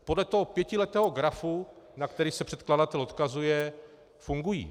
Podle pětiletého grafu, na který se předkladatel odkazuje, fungují.